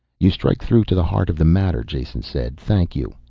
you strike through to the heart of the matter, jason said. thank you.